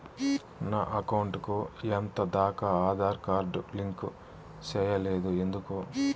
నా అకౌంట్ కు ఎంత దాకా ఆధార్ కార్డు లింకు సేయలేదు ఎందుకు